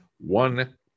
One